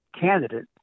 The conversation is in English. candidate